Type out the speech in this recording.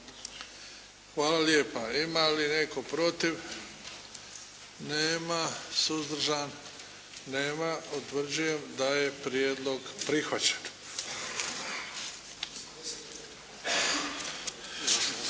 Hvala lijepa. Ima li netko protiv? Nema. Suzdržan? Nema. Utvrđujem da je prijedlog prihvaćen.